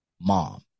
mom